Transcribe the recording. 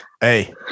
Hey